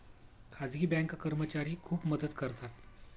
खाजगी बँक कर्मचारी खूप मदत करतात